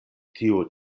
tiu